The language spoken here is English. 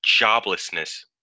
joblessness